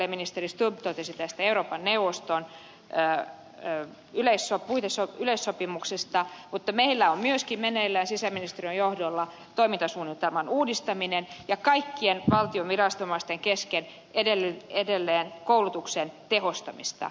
ministeri stubb totesi tästä euroopan neuvoston yleissopimuksesta mutta meillä on myöskin meneillään sisäministeriön johdolla toimintasuunnitelman uudistaminen ja kaikkien valtion viranomaisten kesken edelleen koulutuksen tehostamista